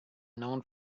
known